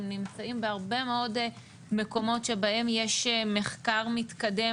הם נמצאים בהרבה מאוד מקומות שבהם יש מחקר מתקדם